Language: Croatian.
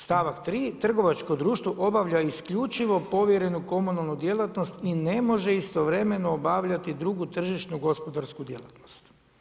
Stavak 3. – Trgovačko društvo obavlja isključivo povjerenu komunalnu djelatnost i ne može istovremeno obavljati drugu tržišnu gospodarsku djelatnost.